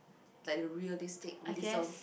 like the realistic realism